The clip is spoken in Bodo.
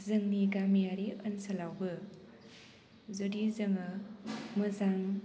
जोंनि गामियारि ओनसोलावबो जुदि जोङो मोजां